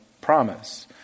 promise